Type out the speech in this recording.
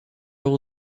will